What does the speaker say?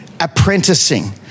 apprenticing